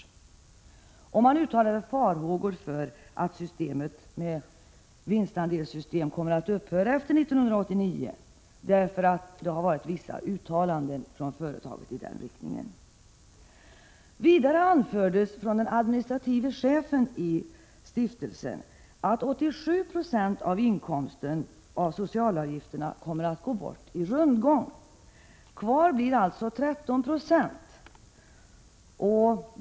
Företrädarna för stiftelsen uttalade farhågor för att systemet med vinstandelssystem kommer att upphöra efter 1989, eftersom vissa uttalanden i denna riktning har förekommit från företaget. Vidare anförde den administrative chefen i stiftelsen att 87 960 av inkomsten av socialavgifterna kommer att försvinna genom rundgång. Kvar blir alltså 13 26.